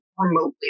remotely